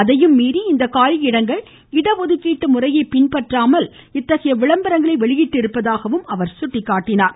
அதையும் மீறி இந்த காலியிடங்கள் இடஒதுக்கீட்டு முறையை பின்பற்றாமல் இத்தகைய விளம்பரங்களை வெளியிட்டிருப்பதாக அவர் எடுத்துரைத்தார்